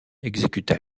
exécuta